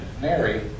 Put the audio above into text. Mary